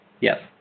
Yes